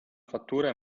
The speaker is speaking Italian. fattura